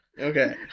Okay